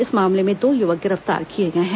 इस मामले में दो युवक गिरफ्तार किए गए हैं